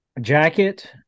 jacket